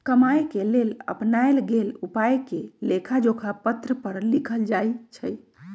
कमाए के लेल अपनाएल गेल उपायके लेखाजोखा पत्र पर लिखल जाइ छइ